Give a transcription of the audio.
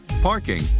parking